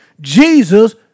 Jesus